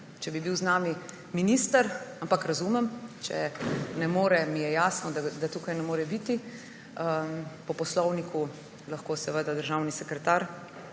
če bil z nami minister, ampak razumem, če ne more, mi je jasno, da tukaj ne more biti. Po poslovniku lahko državni sekretar